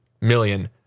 million